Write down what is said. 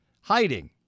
hiding